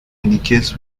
indicates